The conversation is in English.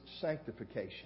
sanctification